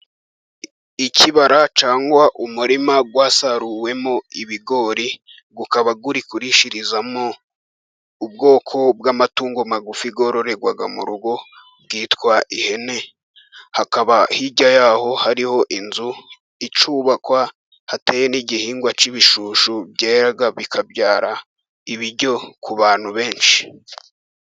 I kibara cyangwa umurima wasaruwemo ibigori ukaba uri kurishirizamo ubwoko bw'amatungo magufi yororerwa mu rugo yitwa ihene. Hakaba hirya y'aho hariho inzu icyubakwa, hateye n'igihingwa cy'ibishushu byera bikabyara ibiryo ku bantu benshi.